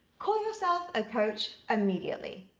call yourself a coach immediately.